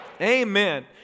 Amen